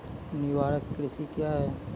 निवाहक कृषि क्या हैं?